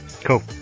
Cool